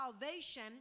salvation